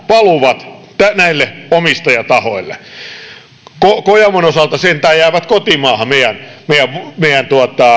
valuvat näille omistajatahoille kojamon osalta sentään jäävät kotimaahan meidän meidän